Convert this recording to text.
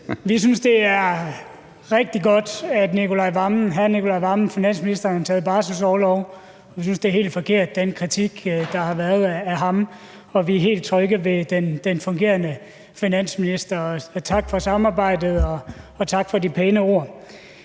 vi synes, det er rigtig godt, at finansministeren har taget barselsorlov. Vi synes, at den kritik, der har været af ham, er helt forkert, og vi er helt trygge ved den fungerende finansminister. Tak for samarbejdet, og tak for de pæne ord.